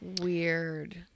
Weird